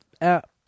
app